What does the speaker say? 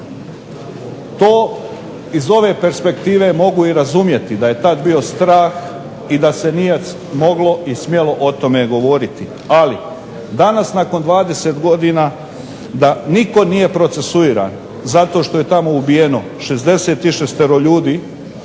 To iz ove perspektive mogu i razumjeti da je tad bio strah i da se nije moglo i smjelo o tome govoriti. Ali danas nakon 20 godina da nitko nije procesuiran zato što je tamo ubijeno 66 ljudi,